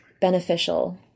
beneficial